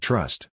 Trust